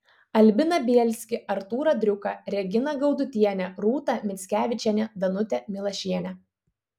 albiną bielskį artūrą driuką reginą gaudutienę rūtą mickevičienę danutę milašienę